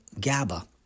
GABA